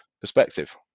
perspective